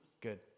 Good